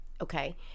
Okay